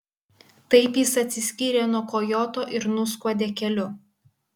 taip jis atsiskyrė nuo kojoto ir nuskuodė keliu